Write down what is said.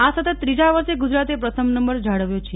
આ સતત ત્રીજા વર્ષે ગુજરાતે પ્રથમ નંબર જાળવ્યો છે